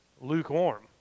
lukewarm